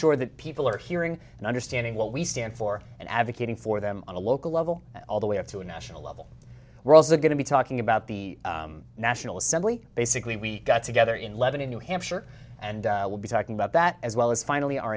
sure that people are hearing and understanding what we stand for and advocating for them on a local level all the way up to a national level roles are going to be talking about the national assembly basically we got together in lebanon new hampshire and we'll be talking about that as well as finally our